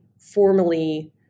formally